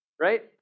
right